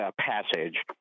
passage